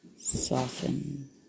Soften